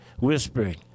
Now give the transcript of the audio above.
whispering